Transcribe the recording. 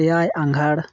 ᱮᱭᱟᱭ ᱟᱸᱜᱷᱟᱲ